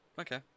Okay